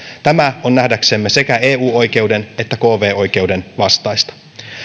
tämä on nähdäksemme sekä eu oikeuden että kv oikeuden vastaista